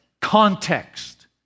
context